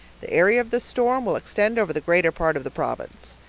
the area of the storm will extend over the greater part of the province.